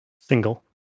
Single